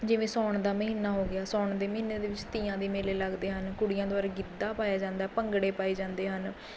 ਜਿਵੇਂ ਸਾਉਣ ਦਾ ਮਹੀਨਾ ਹੋ ਗਿਆ ਸਾਉਣ ਦੇ ਮਹੀਨੇ ਦੇ ਵਿੱਚ ਤੀਆਂ ਦੇ ਮੇਲੇ ਲੱਗਦੇ ਹਨ ਕੁੜੀਆਂ ਦੁਆਰਾ ਗਿੱਧਾ ਪਾਇਆ ਜਾਂਦਾ ਭੰਗੜੇ ਪਾਏ ਜਾਂਦੇ ਹਨ